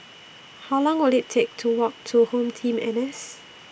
How Long Will IT Take to Walk to HomeTeam N S